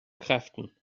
kräften